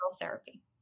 therapy